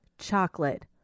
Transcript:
chocolate